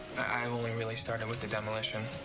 i've only really started with the demolition.